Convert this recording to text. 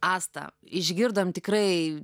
asta išgirdom tikrai